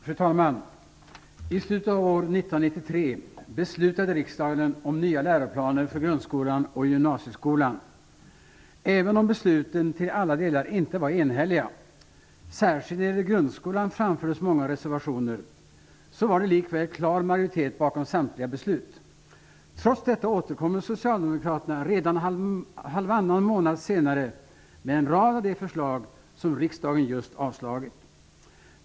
Fru talman! I slutet av år 1993 beslutade riksdagen om nya läroplaner för grundskolan och gymnasieskolan. Även om besluten inte till alla delar var enhälliga -- särskilt när det gällde grundskolan framfördes många reservationer -- var det likväl en klar majoritet bakom samtliga beslut. Trots detta återkommer Socialdemokraterna redan halvannan månad senare med en rad av de förslag som riksdagen just avslagit.